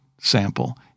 sample